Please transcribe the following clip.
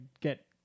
get